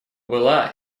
была